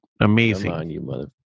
amazing